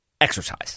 exercise